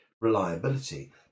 reliability